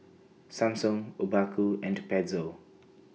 Samsung Obaku and Pezzo